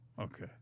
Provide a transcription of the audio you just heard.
okay